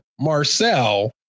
Marcel